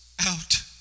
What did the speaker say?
out